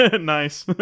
Nice